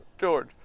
George